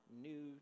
New